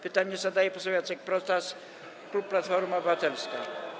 Pytanie zadaje poseł Jacek Protas, klub Platforma Obywatelska.